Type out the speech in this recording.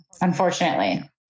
unfortunately